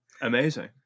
Amazing